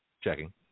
checking